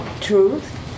truth